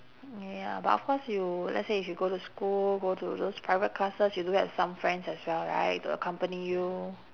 ya but of course you let's say if you go to school go to those private classes you do have some friends as well right to accompany you